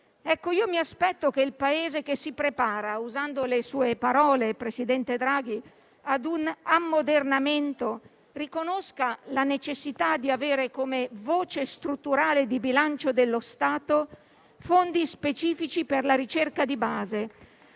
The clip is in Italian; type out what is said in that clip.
Io mi aspetto che il Paese che si prepara - usando le parole del presidente Draghi - ad un ammodernamento riconosca la necessità di avere come voce strutturale del bilancio dello Stato fondi specifici per la ricerca di base,